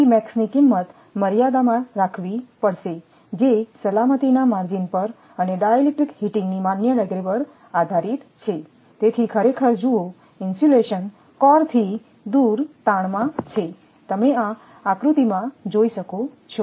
E max ની કિંમત મર્યાદામાં રાખવી પડશે જે સલામતીના માર્જિન પર અને ડાઇલેક્ટ્રિક હીટિંગની માન્ય ડિગ્રી પર આધારીત છે તેથી ખરેખર જુઓ ઇન્સ્યુલેશન કોરથી દૂર તાણમાં છે તમે આ આકૃતિમાં જોઈ શકો છો